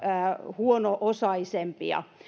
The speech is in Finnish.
huono osaisimpia